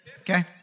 Okay